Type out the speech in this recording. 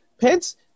Pence